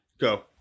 go